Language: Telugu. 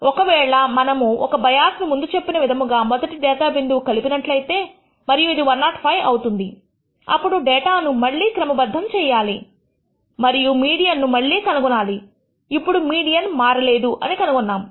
ఒకవేళ మనము ఒక బయాస్ ను ముందు చెప్పిన విధముగా మొదటి డేటా బిందువుకు కలిపినట్లయితే మరియు ఇది 105 అవుతుంది అప్పుడు డేటా ను మళ్లీ క్రమబద్ధం చెయ్యాలి మరియు మీడియన్ ను మళ్ళీ కనుగొనాలి ఇప్పుడు మీడియన్ మారలేదు అని కనుగొన్నాము